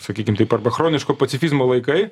sakykim taip arba chroniško pacifizmo laikai